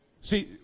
See